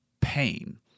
pain